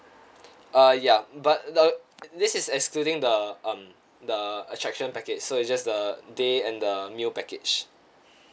uh ya but the this is excluding the um the attraction package so it's just the day and the meal package